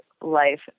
life